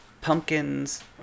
pumpkins